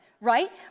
right